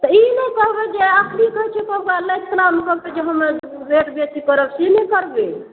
ई नहि कहबै जे एखने कहै छिए सबके जे हमर रेट बेसी करब से नहि करबै